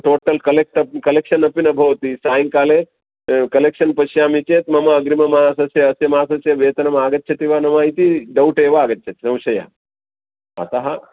total collect up collection अपि न भवति सायङ्काले कलेक्षन् पश्यामि चेत् मम अग्रिममासस्य अस्य मासस्य वेतनम् आगच्छति वा न वा इति डौट् एव आगच्छति संशय अतः